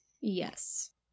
Yes